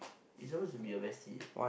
he supposed to be your bestie eh